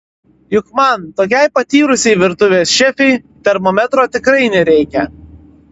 juk man tokiai patyrusiai virtuvės šefei termometro tikrai nereikia